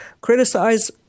Criticize